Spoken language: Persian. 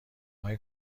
های